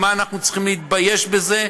מה, אנחנו צריכים להתבייש בזה?